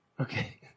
Okay